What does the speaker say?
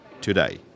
Today